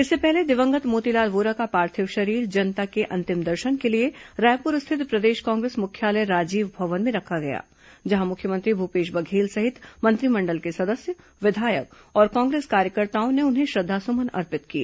इससे पहले दिवंगत मोतीलाल वोरा का पार्थिव शरीर जनता के अंतिम दर्शन के लिए रायपुर स्थित प्रदेश कांग्रेस मुख्यालय राजीव भवन में रखा गया जहां मुख्यमंत्री भूपेश बघेल सहित मंत्रिमंडल के सदस्य विधायक और कांग्रेस कार्यकर्ताओं ने उन्हें श्रद्वासुमन अर्पित किए